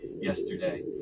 yesterday